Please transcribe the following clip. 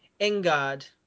engard